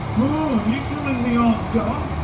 oh are you telling me i'm dumb?